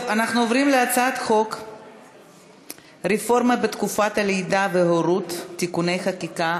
אנחנו עוברים להצעת חוק רפורמה בתקופת הלידה וההורות (תיקוני חקיקה),